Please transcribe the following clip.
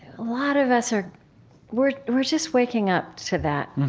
lot of us are we're we're just waking up to that.